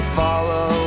follow